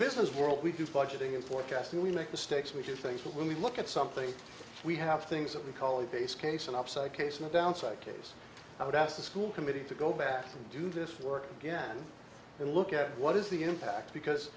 business world we do budgeting and forecasting we make mistakes which is things when we look at something we have things that we call a base case an upside case and a downside case i would ask the school committee to go back and do this work again and look at what is the impact because